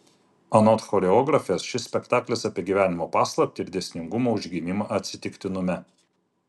anot choreografės šis spektaklis apie gyvenimo paslaptį ir dėsningumo užgimimą atsitiktinume